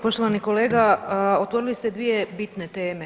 Poštovani kolega, otvorili ste dvije bitne teme.